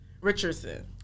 Richardson